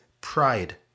pride